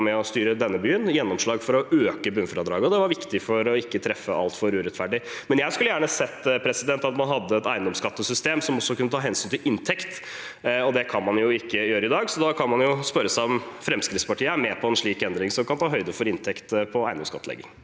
med og styrte denne byen. Det var viktig for ikke å treffe altfor urettferdig. Jeg skulle gjerne sett at man hadde et eiendomsskattesystem som også kunne ta hensyn til inntekt, og det kan man jo ikke gjøre i dag. Da kan man spørre seg om Fremskrittspartiet er med på en slik endring som kan ta høyde for inntekt i eiendomsskattlegging.